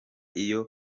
iyo